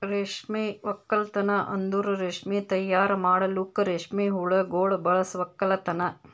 ರೇಷ್ಮೆ ಒಕ್ಕಲ್ತನ್ ಅಂದುರ್ ರೇಷ್ಮೆ ತೈಯಾರ್ ಮಾಡಲುಕ್ ರೇಷ್ಮೆ ಹುಳಗೊಳ್ ಬಳಸ ಒಕ್ಕಲತನ